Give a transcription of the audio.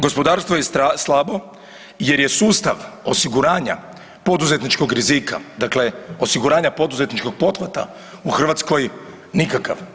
Gospodarstvo je slabo jer je sustav osiguranja poduzetničkog rizika, dakle osiguranja poduzetničkog pothvata u Hrvatskoj nikakav.